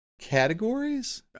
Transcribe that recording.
categories